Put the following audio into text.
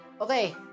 okay